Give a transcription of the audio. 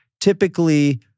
typically